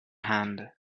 hand